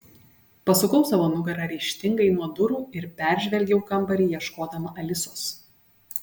pasukau savo nugarą ryžtingai nuo durų ir peržvelgiau kambarį ieškodama alisos